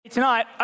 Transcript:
Tonight